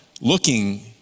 looking